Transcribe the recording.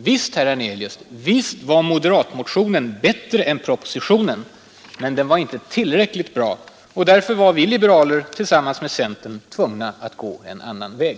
Visst, herr Hernelius, var moderatmotionen bättre än propositionen. Men den var inte tillräckligt bra och därför var vi liberaler tillsammans med centern tvungna att gå en annan väg.